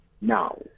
now